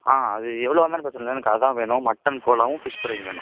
ஆ அது எவ்வளோ இருந்தாலும் பிரச்சனை இல்லை எனக்கு அதுதான் வேணும் மட்டன் கோலாவும் மட்டன் ஃப்ரையும் வேணும்